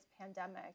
pandemic